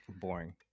boring